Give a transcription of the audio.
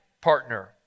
partner